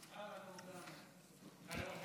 כבוד היושב-ראש, א-סלאם